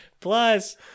Plus